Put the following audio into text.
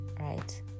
Right